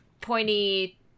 pointy